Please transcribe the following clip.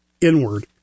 inward